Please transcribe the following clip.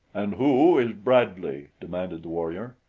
and who is brad-lee? demanded the warrior.